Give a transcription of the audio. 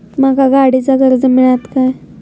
माका गाडीचा कर्ज मिळात काय?